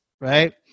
right